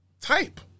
type